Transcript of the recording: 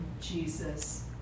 Jesus